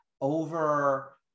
over